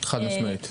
חד משמעית.